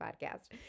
podcast